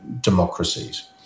democracies